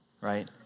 right